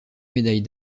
médaille